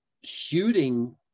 shooting